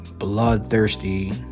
bloodthirsty